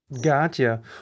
Gotcha